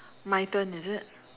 my turn is it